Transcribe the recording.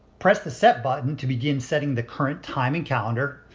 press the set button to begin setting the current time and calendar.